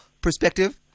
perspective